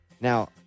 Now